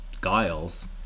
guiles